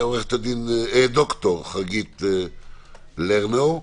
לד"ר חגית לרנאו.